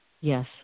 Yes